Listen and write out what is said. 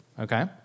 okay